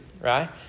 right